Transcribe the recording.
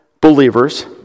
believers